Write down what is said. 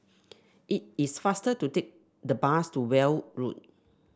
it is faster to take the bus to Weld Road